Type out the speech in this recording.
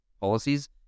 policies